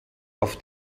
auf